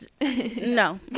no